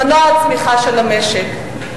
מנוע הצמיחה של המשק.